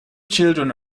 children